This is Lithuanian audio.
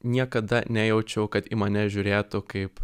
niekada nejaučiau kad į mane žiūrėtų kaip